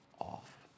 off